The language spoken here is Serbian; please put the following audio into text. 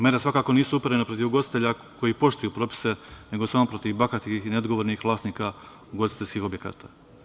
Mere svakako nisu uperene protiv ugostitelja koji poštuju propise, nego samo protiv bahatih i neodgovornih vlasnika ugostiteljskih objekata.